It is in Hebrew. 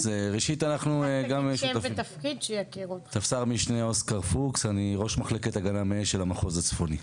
אני ראש מחלקת הגנה מאש של המחוז הצפוני.